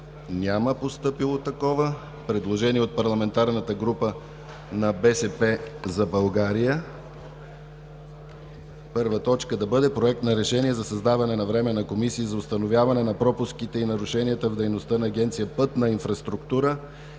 няма постъпило такова. Предложение от Парламентарната група на „БСП за България“: 1. Проект на Решение за създаване на Временна комисия за установяване на пропуските и нарушенията в дейността на Агенция „Пътна инфраструктура“